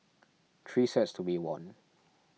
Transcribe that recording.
three sets to be won